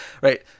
Right